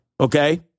Okay